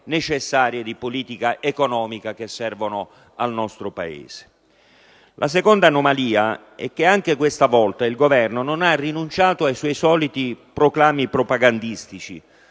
necessarie di politica economica per il nostro Paese. La seconda anomalia è che anche questa volta il Governo non ha rinunciato ai suoi soliti proclami propagandistici